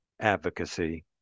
Advocacy